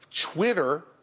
Twitter